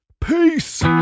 Peace